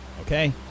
Okay